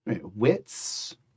wits